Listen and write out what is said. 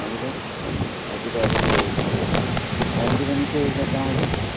രാവിലെ രണ്ട് അതിരാവിലെ എഴുന്നേറ്റ് ഒരു അഞ്ച് മണിക്ക് എഴുന്നേറ്റാൽ മതി